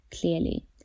clearly